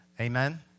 Amen